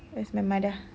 where's my mother